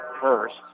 first